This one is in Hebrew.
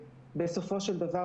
בסופו של דבר,